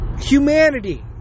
Humanity